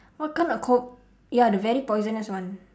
what kind of cob~ ya the very poisonous one